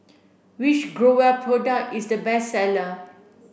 which Growell product is the best seller